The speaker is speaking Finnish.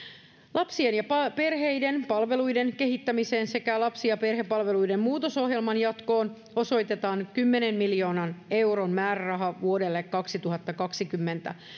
lapsien ja perheiden palveluiden kehittämiseen sekä lapsi ja perhepalveluiden muutosohjelman jatkoon osoitetaan kymmenen miljoonan euron määräraha vuodelle kaksituhattakaksikymmentä